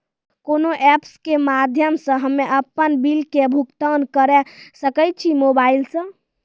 कोना ऐप्स के माध्यम से हम्मे अपन बिल के भुगतान करऽ सके छी मोबाइल से?